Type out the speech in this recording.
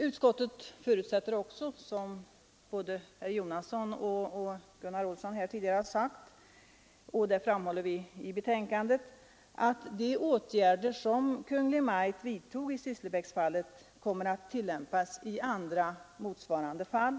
Utskottet förutsätter, som både herr Jonasson och herr Olsson i Edane här tidigare har sagt och som vi framhåller i betänkandet, att de åtgärder som Kungl. Maj:t vidtog i Sysslebäcksfallet kommer att tillämpas i andra motsvarande fall.